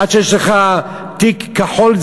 עד שיש לך תיק כחול,